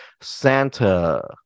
Santa